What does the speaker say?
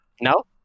No